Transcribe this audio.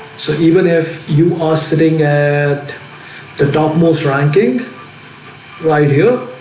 so even if you are sitting at the top most ranking right here